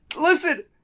Listen